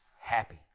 happy